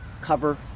cover